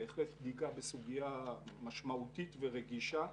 בהחלט בדיקה בסוגיה משמעותית ורגישה,